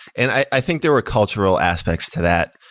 and i i think there were cultural aspects to that.